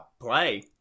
play